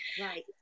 Right